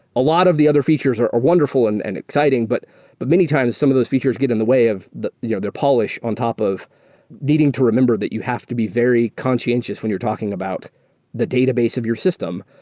a lot of the other features are wonderful and and exciting, but but many times some of those features get in the way of you know they're polished on top of needing to remember that you have to be very conscientious when you're talking about the database of your system,